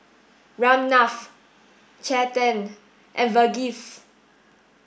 Ramnath Chetan and Verghese